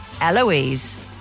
Eloise